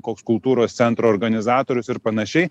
koks kultūros centro organizatorius ir panašiai